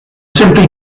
simply